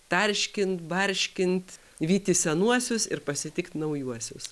tarškint barškint vyti senuosius ir pasitikt naujuosius